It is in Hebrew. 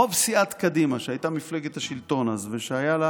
רוב סיעת קדימה, שהייתה מפלגת השלטון אז ושהיו לה